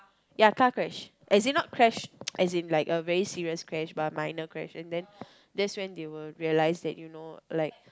ya car crash as in not crash as in like a very serious crash but a minor crash and then that's when they will realise that you know like